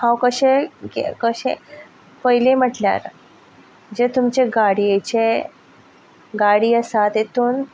हांव कशें कशें पयलीं म्हटल्यार जे तुमचे गाडयेचे गाडी आसा तेतूंत